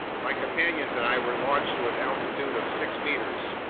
my companions and i were launched to an altitude of six meters.